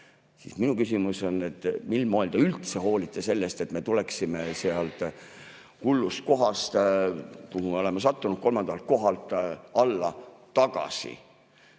Minu küsimus on: mil moel te üldse hoolite sellest, et me tuleksime sealt hullust kohast, kuhu me oleme sattunud, kolmandalt kohalt alla tagasi?